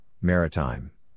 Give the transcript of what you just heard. Maritime